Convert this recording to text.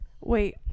Wait